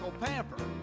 pamper